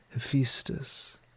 Hephaestus